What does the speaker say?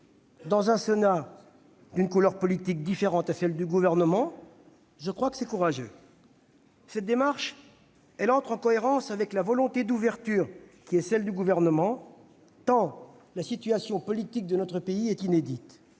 Dans un Sénat d'une couleur politique différente de celle du Gouvernement, la démarche est courageuse. Elle est en cohérence avec la volonté d'ouverture qui est celle du Gouvernement, tant la situation politique de notre pays est inédite.